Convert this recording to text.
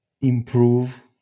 improve